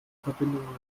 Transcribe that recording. verbindungen